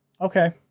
Okay